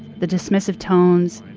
the dismissive tones,